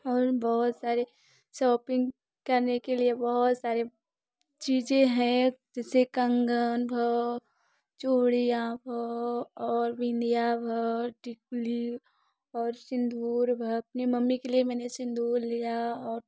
और बहुत सारे सापिंग करने के लिए बहुत सारे चीज़ें हैं जैसे कंगन भा चूड़ियाँ भा और बिंदिया भा टिकली और सिंदूर भा अपनी मम्मी के लिए मैंने सिंदूर लिया और